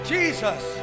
Jesus